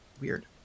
Weird